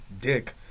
dick